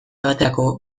baterako